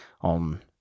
on